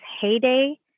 heyday